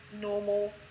normal